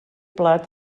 plat